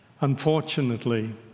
Unfortunately